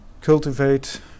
cultivate